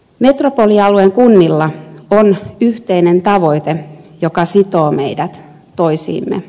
metropolialueen kunnilla on yhteinen tavoite joka sitoo meidät toisiimme